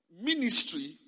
ministry